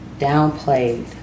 downplayed